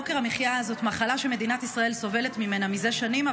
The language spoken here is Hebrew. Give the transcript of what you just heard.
יוקר המחיה הזה הוא מחלה שמדינת ישראל סובלת ממנה מזה שנים,